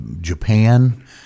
Japan